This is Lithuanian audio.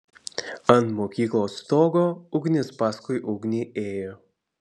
ant mokyklos stogo ugnis paskui ugnį ėjo